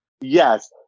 Yes